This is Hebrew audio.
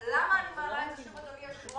למה אני מעלה את זה שוב, אדוני היושב-ראש?